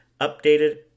Updated